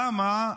למה?